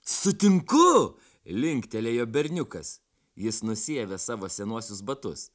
sutinku linktelėjo berniukas jis nusiavė savo senuosius batus